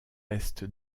est